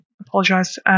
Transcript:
apologise